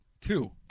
Two